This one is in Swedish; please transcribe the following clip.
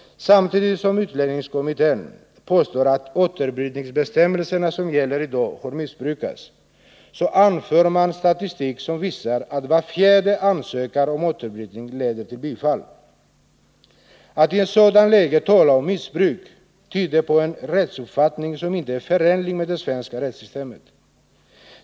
Samtidigt som utlänningslagkommittén påstår att de återbrytningsbestämmelser som gäller i dag har missbrukats, anför man statistik som visar att var fjärde ansökan om återbrytning leder till bifall. Att i ett sådant läge tala om missbruk tyder på en rättsuppfattning som inte är förenlig med det svenska rättssystemet.